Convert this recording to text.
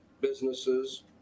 businesses